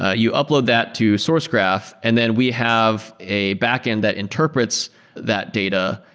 ah you upload that to sourcegraph, and then we have a backend that interprets that data.